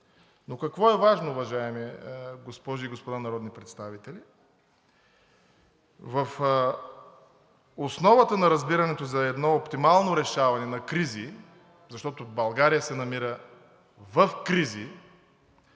Но какво е важно, уважаеми госпожи и господа народни представители? В основата на разбирането за едно оптимално решаване на кризи, защото България се намира в кризи,